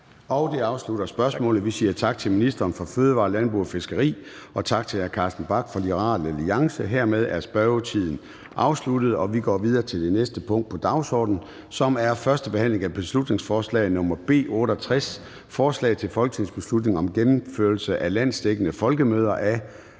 Det afsluttede spørgsmålet. Vi siger tak til ministeren for fødevarer, landbrug og fiskeri og tak til hr. Carsten Bach fra Liberal Alliance. Hermed er spørgetiden afsluttet. --- Det næste punkt på dagsordenen er: 3) 1. behandling af beslutningsforslag nr. B 68: Forslag til folketingsbeslutning om gennemførelse af landsdækkende folkemøder. Af